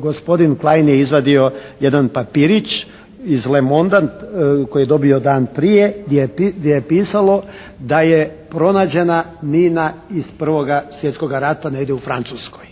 gospodin Klein je izvadio jedan papirić iz …/Govornik se ne razumije./… koji je dobio dan prije gdje je pisalo da je pronađena mina iz prvoga svjetskoga rata negdje u Francuskoj.